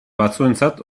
batzuentzat